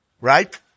Right